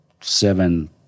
seven